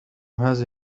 هذه